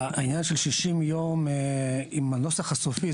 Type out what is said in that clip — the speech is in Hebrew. העניין של 60 ימים עם הנוסח הסופי,